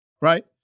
right